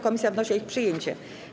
Komisja wnosi o ich przyjęcie.